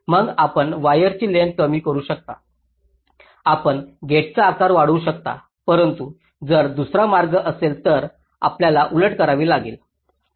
मग आपण वायरची लेंग्थस कमी करू शकता आपण गेटचा आकार वाढवू शकता परंतु जर दुसरा मार्ग असेल तर आपल्याला उलट करावे लागेल